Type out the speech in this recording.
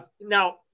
now